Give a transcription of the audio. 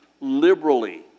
liberally